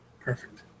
Perfect